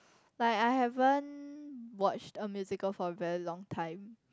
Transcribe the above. like I haven't watched a musical for a long time